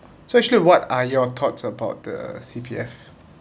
so actually what are your thoughts about the C_P_F